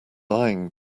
lying